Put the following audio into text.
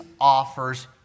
offers